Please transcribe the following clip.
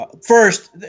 First